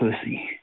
pussy